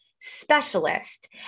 specialist